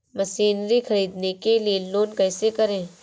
Machinery ख़रीदने के लिए लोन कैसे करें?